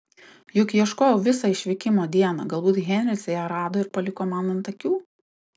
juk ieškojau visą išvykimo dieną galbūt henris ją rado ir paliko man ant akių